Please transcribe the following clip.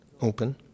open